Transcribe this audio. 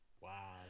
Wow